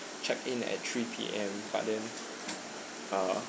checked in at three P_M but then uh